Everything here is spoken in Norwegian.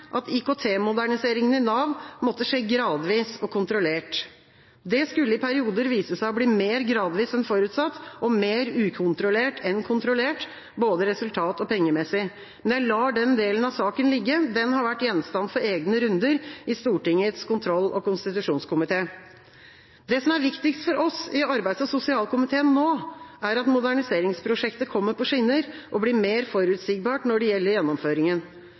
at IKT-moderniseringen i Nav måtte skje gradvis og kontrollert. Det skulle i perioder vise seg å bli mer gradvis enn forutsatt, og mer ukontrollert enn kontrollert – både resultat- og pengemessig. Men jeg lar den delen av saken ligge, den har vært gjenstand for egne runder i Stortingets kontroll- og konstitusjonskomité. Det som er viktigst for oss i arbeids- og sosialkomiteen nå, er at moderniseringsprosjektet kommer på skinner og blir mer forutsigbart når det gjelder gjennomføringen,